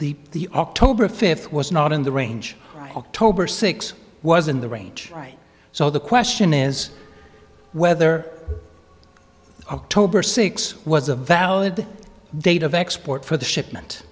that the october fifth was not in the range october six was in the range right so the question is whether october six was a valid date of export for the shipment